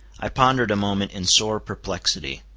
i pondered a moment in sore perplexity.